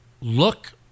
look